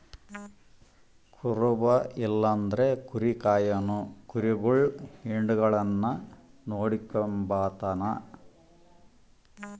ಕುರುಬ ಇಲ್ಲಂದ್ರ ಕುರಿ ಕಾಯೋನು ಕುರಿಗುಳ್ ಹಿಂಡುಗುಳ್ನ ನೋಡಿಕೆಂಬತಾನ